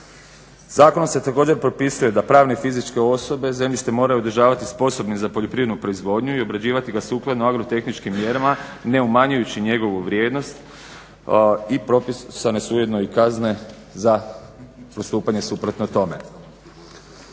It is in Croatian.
Zakonom se također propisuje da pravne i fizičke osobe zemljište moraju održavati sposobni za poljoprivrednu proizvodnju i obrađivati ga sukladno agrotehničkim mjerama, ne umanjujući njegovu vrijednost i propisane su ujedno i kazne za postupanje suprotno tome.